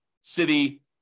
city